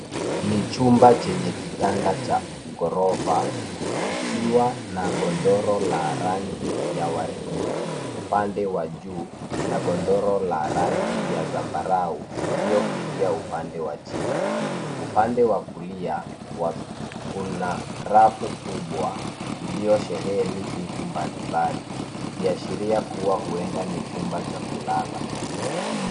Ni chumba chenye kitanda cha ghorofa, Kikiwa na godoro la rangi ya waridi upande wa juu ,na godoro la rangi ya zambarau iliyoivia, upande wa chini .Upande wa kulia Kuna rafu kubwa iliyo sheheni vitu mbali mbali , ikiashiria kuwa huenda ni chumba cha kulala .